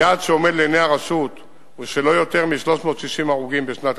היעד שעומד לעיני הרשות הוא של לא יותר מ-360 הרוגים בשנת